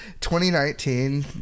2019